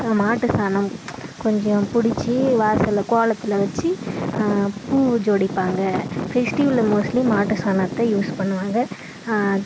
மாட்டுச் சாணம் கொஞ்சம் பிடிச்சி வாசலில் கோலத்தில் வச்சு பூ ஜோடிப்பாங்க ஃபெஸ்டிவலில் மோஸட்லி மாட்டுச் சாணத்தை யூஸ் பண்ணுவாங்க